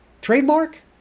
trademark